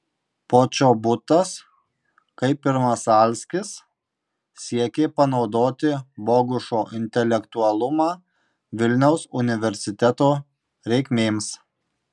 počobutas kaip ir masalskis siekė panaudoti bogušo intelektualumą vilniaus universiteto reikmėms